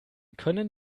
können